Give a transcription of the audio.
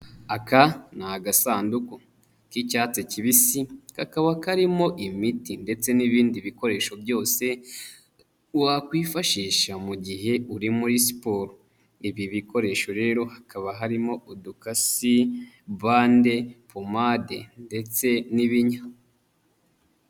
Aka ni agasanduku k'icyatsi kibisi kakaba karimo imiti ndetse n'ibindi bikoresho byose wakwifashisha mu gihe uri muri siporo. Ibi bikoresho rero hakaba harimo udukasi, bande pomade, ndetse n'ibinya.